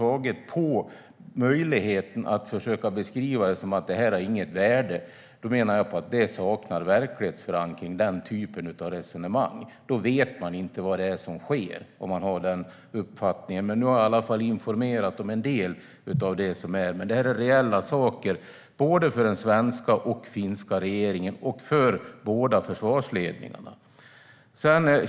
Att man då försöker beskriva detta som att det inte har något värde saknar verklighetsförankring! Då vet man inte vad det är som sker. Nu har jag i alla falla informerat om en del av det som pågår. Det är reella saker för både den svenska och den finska regeringen och för båda ländernas försvarsledning.